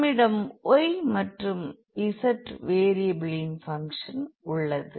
நம்மிடம் y மற்றும் z வேரியபிளின் பங்க்ஷன் உள்ளது